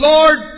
Lord